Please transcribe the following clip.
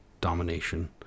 domination